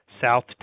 South